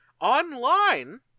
Online